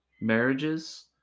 marriages